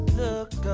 look